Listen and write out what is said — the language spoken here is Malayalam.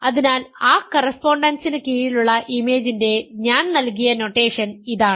അതിനാൽ ആ കറസ്പോണ്ടൻസിനു കീഴിലുള്ള ഇമേജിൻറെ ഞാൻ നൽകിയ നൊട്ടേഷൻ ഇതാണ്